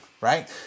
right